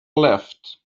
left